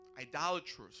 idolaters